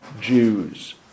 Jews